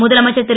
முதலமைச்சர் திரு